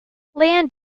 land